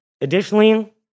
Additionally